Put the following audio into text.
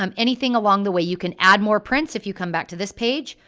um anything along the way. you can add more prints if you come back to this page,